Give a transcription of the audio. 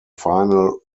final